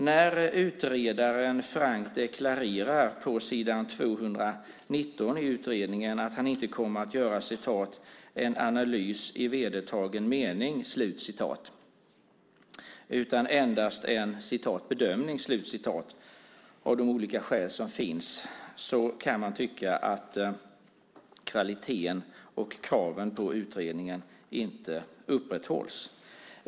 När utredaren - på s. 219 i utredningen - frankt deklarerar att han inte kommer att göra "en analys i vedertagen mening" utan endast en "bedömning" av de olika skäl som finns kan man tycka att kvaliteten och kraven på utredningen inte upprätthålls.